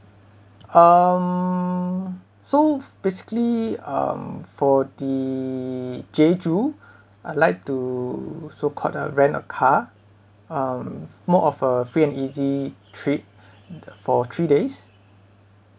um so basically um for the jeju I like to so called uh rent a car um more of a free and easy trip for three days